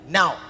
now